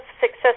success